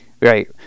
right